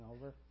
over